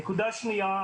נקודה שנייה,